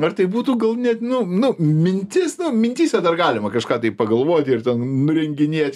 ar tai būtų gal net nu nu mintis na mintyse dar galima kažką tai pagalvoti ir ten nurenginėti